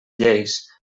lleis